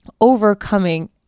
overcoming